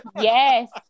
Yes